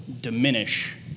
diminish